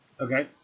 Okay